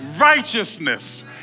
righteousness